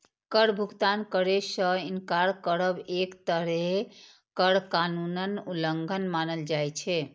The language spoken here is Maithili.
कर भुगतान करै सं इनकार करब एक तरहें कर कानूनक उल्लंघन मानल जाइ छै